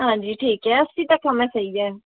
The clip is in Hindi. हाँ जी ठीक है अस्सी तक हमें चाहिए